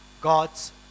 God's